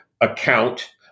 account